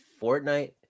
Fortnite